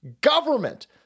government